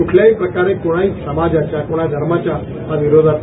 कूठल्याही प्रकारे कोणाही समाजाच्या कोणा धर्माच्या विरोधात नाही